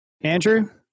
andrew